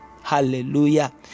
Hallelujah